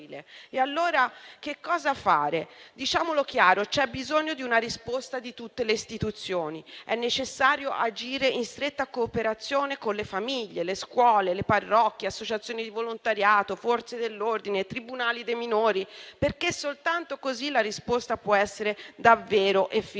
Allora che cosa fare? Diciamolo chiaro: c'è bisogno di una risposta di tutte le istituzioni. È necessario agire in stretta cooperazione con le famiglie, le scuole, le parrocchie, le associazioni di volontariato, le Forze dell'ordine, i tribunali dei minori, perché soltanto così la risposta può essere davvero efficace.